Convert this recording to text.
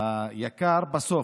היקר בסוף.